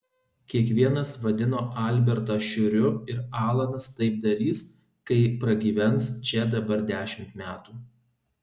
kiekvienas vadino albertą šiuriu ir alanas taip darys kai pragyvens čia dar dešimt metų